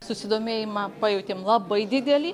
susidomėjimą pajautėm labai didelį